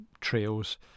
trails